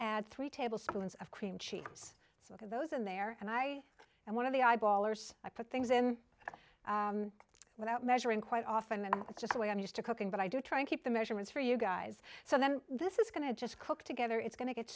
add three tablespoons of cream cheese so it goes in there and i and one of the i ballers i put things in without measuring quite often and it's just the way i'm used to cooking but i do try and keep the measurements for you guys so then this is going to just cook together it's going to get